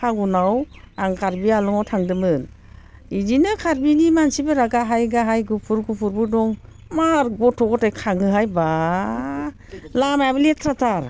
फागुनाव आं कार्बि आंलङाव थांदोंमोन बिदिनो कार्बि मानसिफोरा गाहाय गाहाय गुफुर गुफुरबो दं मार गथ' गथाय खाङोहाय बा लामायाबो लेथ्राथार